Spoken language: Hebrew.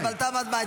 אבל תם הזמן.